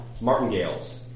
Martingales